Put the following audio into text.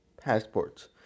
passports